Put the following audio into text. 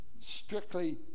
strictly